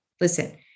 listen